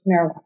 marijuana